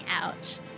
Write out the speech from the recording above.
out